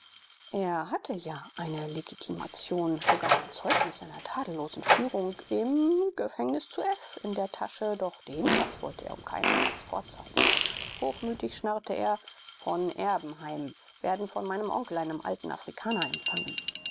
er hatte ja eine legitimation sogar ein zeugnis seiner tadellosen führung im gefängnis zu f in der tasche doch den paß wollte er um keinen preis vorzeigen hochmütig schnarrte er von erbenheim werde von meinem onkel einem alten afrikaner empfangen